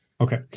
Okay